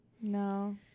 No